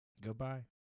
Goodbye